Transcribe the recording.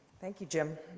thank you, jim.